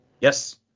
Yes